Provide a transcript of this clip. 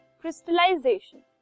crystallization